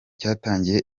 cyatangiye